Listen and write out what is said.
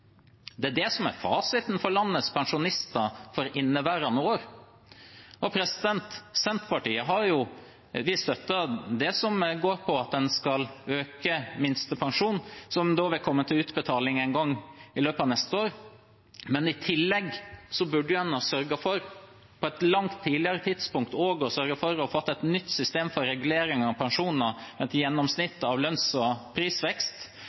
Det er det som er fasiten for landets pensjonister for inneværende år. Senterpartiet støtter det at en skal øke minstepensjonen, som vil komme til utbetaling en gang i løpet av neste år, men i tillegg burde en på et langt tidligere tidspunkt også ha sørget for å få et nytt system for regulering av pensjoner, et gjennomsnitt av lønns- og prisvekst.